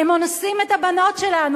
הם אונסים את הבנות שלנו.